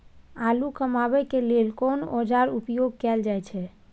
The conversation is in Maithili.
आलू कमाबै के लेल कोन औाजार उपयोग कैल जाय छै?